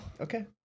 Okay